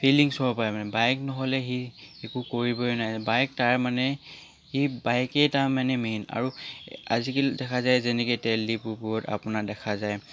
feelings হ'ব পাৰে মানে বাইক নহ'লে সি একো কৰিবই নোৱাৰে বাইক তাৰমানে সি বাইকেই তাৰমানে মেইন আৰু আজিকালি দেখা যাই যে যেনেকৈ তেল ডিপুবোৰত আপোনাৰ দেখা যায়